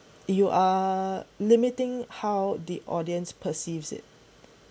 you are limiting how the audience perceives it